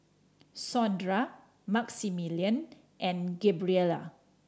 Saundra Maximillian and Gabriela